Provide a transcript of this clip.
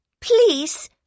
please